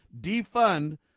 Defund